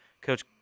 Coach